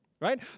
Right